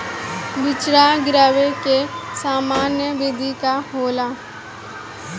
बिचड़ा गिरावे के सामान्य विधि का होला?